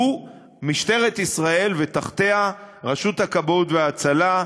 הם משטרת ישראל ותחתיה רשות הכבאות וההצלה,